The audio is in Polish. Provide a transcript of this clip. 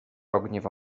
ogniwo